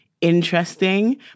interesting